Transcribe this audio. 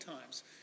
times